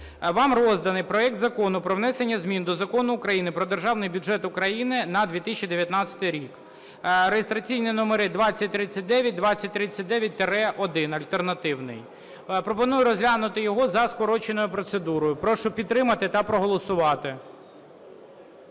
Вам розданий проект Закону про внесення змін до Закону України "Про Державний бюджет України на 2019 рік", реєстраційні номери – 2039, 2039-1 – альтернативний. Пропоную розглянути його за скороченою процедурою. Прошу підтримати та проголосувати.